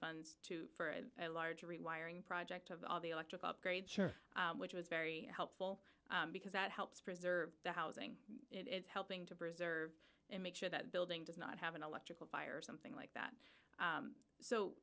funds to a larger rewiring project of all the electric upgrade church which was very helpful because that helps preserve the housing it's helping to preserve and make sure that building does not have an electrical fire or something like that